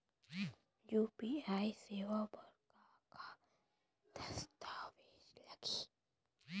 UPI सेवा बर का का दस्तावेज लागही?